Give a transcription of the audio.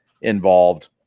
involved